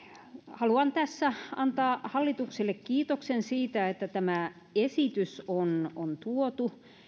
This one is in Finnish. haluan tässä antaa hallitukselle kiitoksen siitä että tämä esitys on on tuotu